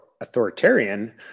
authoritarian